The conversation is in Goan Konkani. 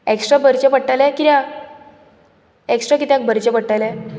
ऍक्स्ट्रा भरचे पडटले कित्याक ऍक्स्ट्रा कित्याक भरचे पडटले